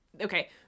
Okay